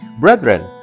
Brethren